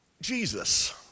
Jesus